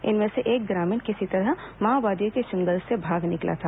इनमें से एक ग्रामीण किसी तरह माओवादियों के चंगुल से भाग निकला था